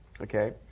Okay